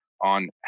on